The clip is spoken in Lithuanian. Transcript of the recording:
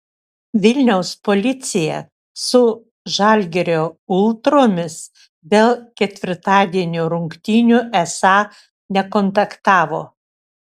vilniaus policija su žalgirio ultromis dėl ketvirtadienio rungtynių esą nekontaktavo